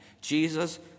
Jesus